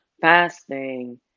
fasting